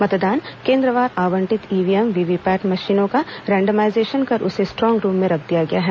मतदान केन्द्रवार आवंटित ईव्हीएम रेंडमाईजेशन कर उसे स्ट्रांग रूम में रख दिया गया है